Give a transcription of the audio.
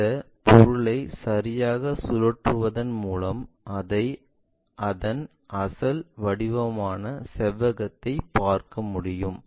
அந்த பொருளை சரியாக சுழற்றுவதன் மூலம் அதை அசல் வடிவமான செவ்வகத்தை பார்க்க முடியும்